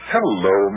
Hello